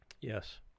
Yes